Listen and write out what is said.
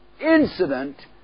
incident